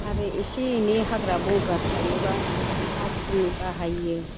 आरो एसे एनै हाग्रा बंग्रा थायोब्ला हासिनि बाहायो